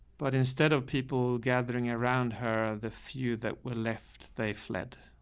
but instead of people gathering around her, the few that were left, they fled.